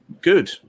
good